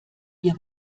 ihr